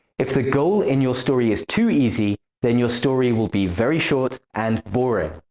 if the goal in your story is too easy, then your story will be very short and boring.